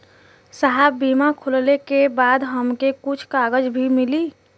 साहब बीमा खुलले के बाद हमके कुछ कागज भी मिली?